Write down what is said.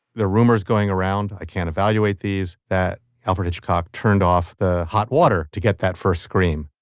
the rumors going around, i can't evaluate these that alfred hitchcock turned off the hot water to get that first scream.